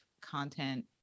content